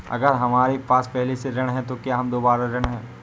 अगर हमारे पास पहले से ऋण है तो क्या हम दोबारा ऋण हैं?